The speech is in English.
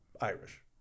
Irish